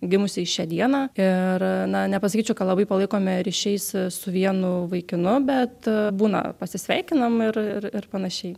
gimusiais šią dieną ir na nepasakyčiau kad labai palaikome ryšiais su vienu vaikinu bet būna pasisveikinam ir ir ir panašiai